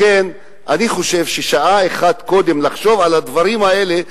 לכן אני חושב שצריך שעה אחת קודם לחשוב על הדברים האלה,